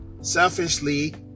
selfishly